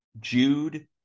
Jude